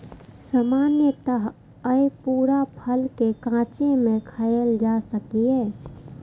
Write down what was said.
सामान्यतः अय पूरा फल कें कांचे मे खायल जा सकैए